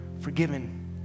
forgiven